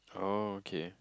okay